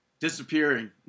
disappearing